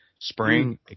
spring